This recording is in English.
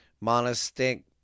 monastic